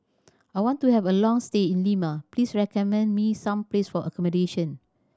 I want to have a long stay in Lima please recommend me some place for accommodation